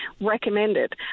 recommended